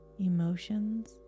Emotions